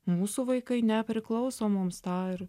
mūsų vaikai nepriklauso mums tą ir